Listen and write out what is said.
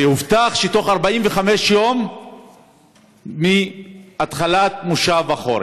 הובטח שבתוך 45 יום מתחילת מושב החורף,